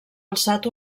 alçat